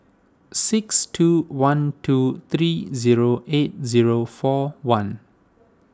six two one two three zero eight zero four one